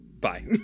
bye